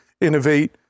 innovate